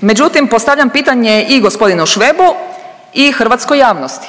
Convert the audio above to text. Međutim, postavljam pitanje i g. Švebu i hrvatskoj javnosti,